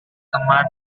teman